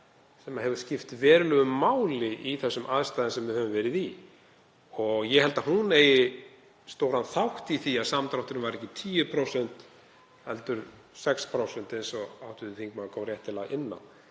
sem hefur skipt verulegu máli í þeim aðstæðum sem við höfum verið í. Ég held að hún eigi stóran þátt í því að samdrátturinn var ekki 10% heldur 6%, eins og hv. þingmaður kom réttilega inn á.